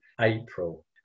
April